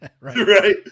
right